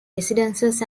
residences